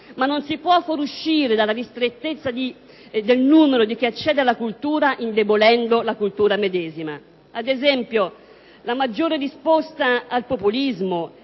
ma non si può fuoriuscire della ristrettezza del numero di chi accede alla cultura indebolendo la cultura medesima. Ad esempio, la maggiore risposta al populismo